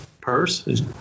purse